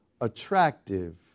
attractive